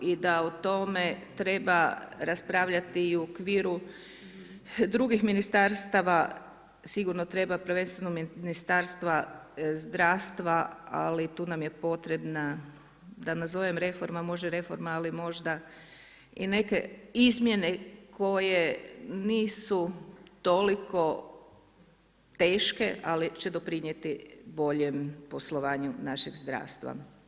I da o tome treba raspravljati i u okviru drugih ministarstava, sigurno treba, prvenstveno Ministarstva zdravstva ali tu nam je potrebna, da nazovem reforma, može reforma ali možda i neke izmjene koje nisu toliko teške ali će doprinijeti boljem poslovanju našeg zdravstva.